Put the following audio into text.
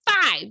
five